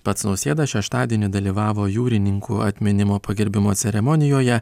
pats nausėda šeštadienį dalyvavo jūrininkų atminimo pagerbimo ceremonijoje